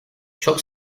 çok